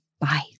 Bye